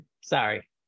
Sorry